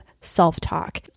self-talk